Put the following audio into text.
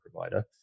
provider